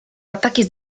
ataques